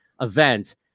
event